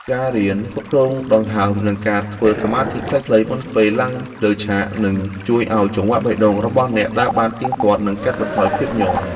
ការរៀនគ្រប់គ្រងដង្ហើម និងការធ្វើសមាធិខ្លីៗមុនពេលឡើងលើឆាក នឹងជួយឱ្យចង្វាក់បេះដូងរបស់អ្នកដើរបានទៀងទាត់ និងកាត់បន្ថយភាពញ័រ។